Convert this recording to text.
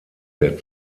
der